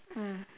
mm